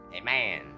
Amen